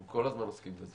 אנחנו כל הזמן עוסקים בזה.